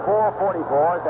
444